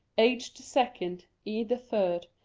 h the second, e the third,